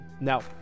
now